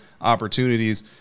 opportunities